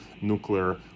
nuclear